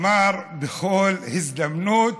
אמר בכל הזדמנות: